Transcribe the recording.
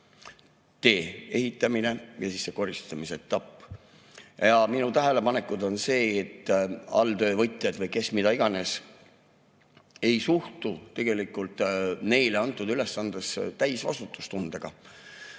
tee ehitamine ja siis see koristamise etapp. Minu tähelepanek on see, et alltöövõtjad või kes iganes ei suhtu tegelikult neile antud ülesandesse täie vastutustundega.